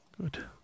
Good